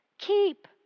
Keep